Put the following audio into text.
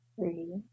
three